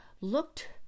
looked